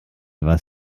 was